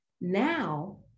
Now